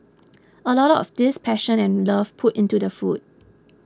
a lot of this passion and love put into the food